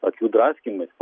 akių draskymais